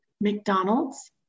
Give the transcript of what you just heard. McDonald's